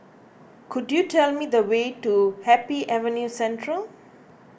could you tell me the way to Happy Avenue Central